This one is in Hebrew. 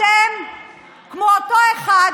אתם כמו אותו אחד